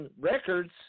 records